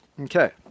okay